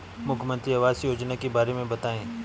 मुख्यमंत्री आवास योजना के बारे में बताए?